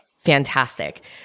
Fantastic